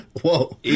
Whoa